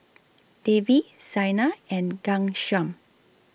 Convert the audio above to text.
Devi Saina and Ghanshyam